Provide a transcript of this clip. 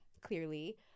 Clearly